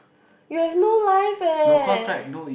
you have no life eh